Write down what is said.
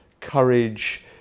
Courage